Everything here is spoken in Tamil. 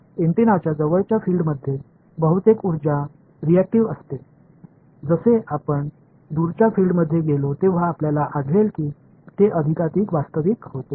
ஒரு ஆண்டெனாவின் அருகிலுள்ள புலத்தில் பெரும்பாலான ஆற்றல் வினைபுரியும் நான் தொலை தூரத்திற்கு செல்லும்போது அது மேலும் உண்மையான சக்தியாக மாறுவதைக் காண்போம்